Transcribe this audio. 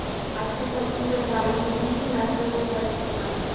अच्छा त ई बताईं गेहूँ मे नाइट्रोजन पड़ी कि ना?